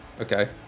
Okay